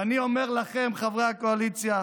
ואני אומר לכם, חברי הקואליציה,